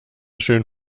schön